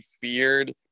feared